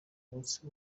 munsi